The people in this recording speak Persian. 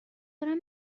دارن